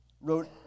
wrote